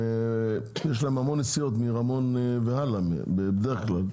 יש להם המון נסיעות מרמון והלאה בדרך כלל,